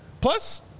Plus